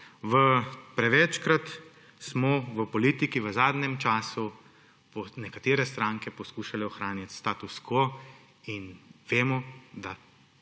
Prevečkrat smo v politiki v zadnjem času nekatere stranke poskušale ohraniti status quo in vemo, da